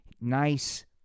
Nice